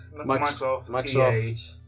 Microsoft